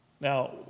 Now